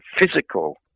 physical